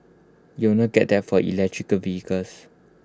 you will not get that for electrical vehicles